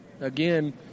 again